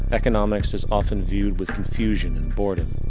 economics is often viewed with confusion and boredom.